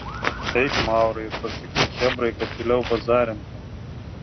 eik maurai ir pasakyk chebrai kad tyliau bazarintų